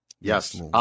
Yes